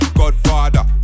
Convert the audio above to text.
godfather